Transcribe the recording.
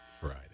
friday